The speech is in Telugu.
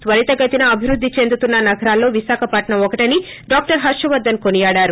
త్వరితగతిన అభివృద్ది చెందుతున్న నగరాల్లో విశాఖపట్నం ఒకటని డాక్టర్ హర్వర్గన్ కొనియాడారు